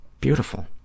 beautiful